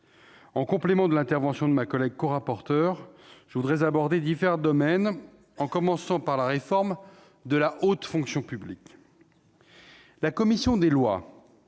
En complément de l'intervention de ma collègue rapporteur, j'aborderai divers domaines, notamment la réforme de la haute fonction publique. La commission des lois